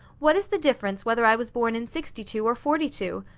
what is the difference whether i was born in sixty two or forty two?